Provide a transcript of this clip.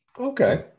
Okay